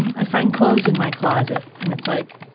i find clothes in my closet and it's like,